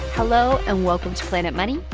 hello and welcome to planet money.